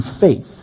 faith